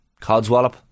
codswallop